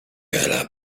ela